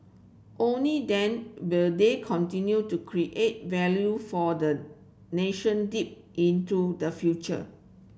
only then will they continue to create value for the nation deep into the future